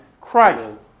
Christ